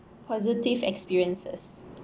positive experiences